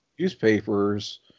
Newspapers